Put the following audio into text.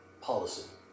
policy